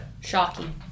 Shocking